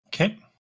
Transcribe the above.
Okay